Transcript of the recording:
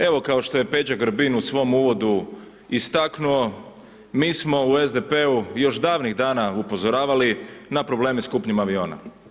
Evo kao što je Peđa Grbin u svom uvodu istaknuo mi smo u SDP-u još davnih dana upozoravali na probleme s kupnjom aviona.